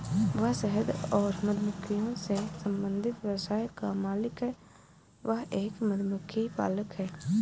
वह शहद और मधुमक्खियों से संबंधित व्यवसाय का मालिक है, वह एक मधुमक्खी पालक है